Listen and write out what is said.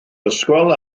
ysgol